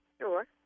sure